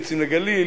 יוצאים לגליל,